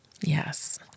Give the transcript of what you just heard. Yes